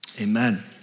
Amen